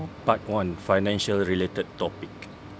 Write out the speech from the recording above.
part one financial related topic